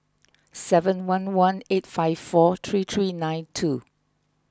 seven one one eight five four three three nine two